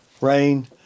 rain